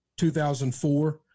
2004